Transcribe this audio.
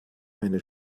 eine